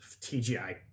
TGI